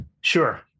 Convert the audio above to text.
Sure